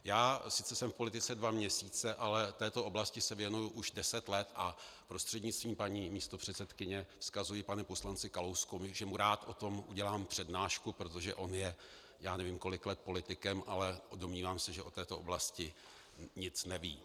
Já sice jsem v politice dva měsíce, ale této oblasti se věnuji už deset let a prostřednictvím paní místopředsedkyně vzkazuji panu poslanci Kalouskovi, že mu rád o tom udělám přednášku, protože on je, já nevím, kolik let politikem, ale domnívám se, že o této oblasti nic neví.